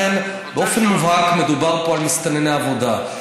לכן, באופן מובהק מדובר פה על מסתנני עבודה.